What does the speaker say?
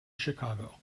chicago